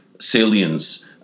salience